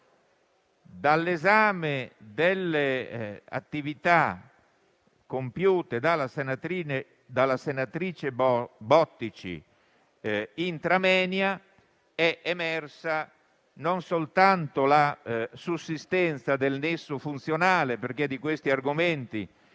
Dall'esame delle attività compiute dalla senatrice Bottici *intra moenia* è emersa non soltanto la sussistenza del nesso funzionale, perché di questi argomenti